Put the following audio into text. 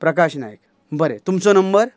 प्रकाश नायक बरें तुमचो नंबर